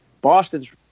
Boston's